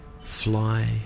Fly